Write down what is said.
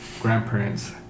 grandparents